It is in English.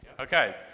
Okay